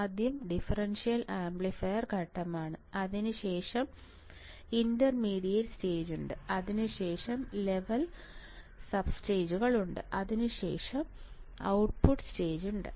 ആദ്യം differential amplifier ഘട്ടമാണ് അതിനുശേഷം ഇന്റർമീഡിയറ്റ് സ്റ്റേജുണ്ട് അതിനുശേഷം ലെവൽ സബ്സ്റ്റേറ്റുകളുണ്ട് അതിനുശേഷം ഔട്ട്പുട്ട് സ്റ്റേജുണ്ട്